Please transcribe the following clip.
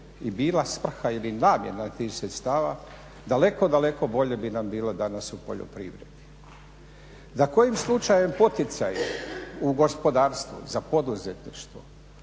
i bila svrha ili namjena tih sredstava, daleko, daleko bolje bi nam bilo danas u poljoprivredi. Da kojim slučajem poticaji u gospodarstvu za poduzetništvo,